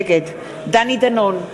נגד דני דנון,